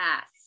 Yes